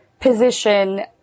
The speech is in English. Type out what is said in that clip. position